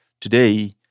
today